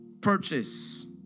purchase